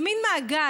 זה מין מעגל,